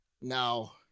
Now